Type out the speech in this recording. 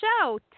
show